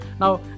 now